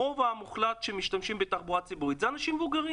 הרוב המוחלט של המשתמשים זה אנשים מבוגרים.